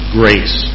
grace